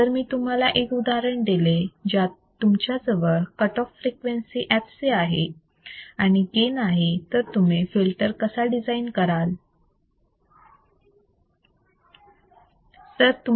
जर मी तुम्हाला एक उदाहरण दिले जात तुमच्याजवळ कट ऑफ फ्रिक्वेन्सी fc आहे आणि गेन आहे तर तुम्ही फिल्टर कसा डिझाईन कराल